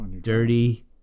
dirty